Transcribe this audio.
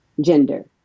gender